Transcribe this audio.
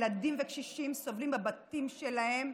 ילדים וקשישים סובלים בבתים שלהם,